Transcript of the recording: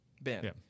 Ben